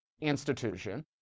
institution